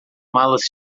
malas